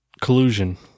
collusion